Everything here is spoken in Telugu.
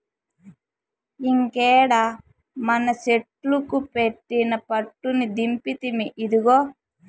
ఇంకేడ మనసెట్లుకు పెట్టిన పట్టుని దింపితిమి, ఇదిగో